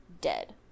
dead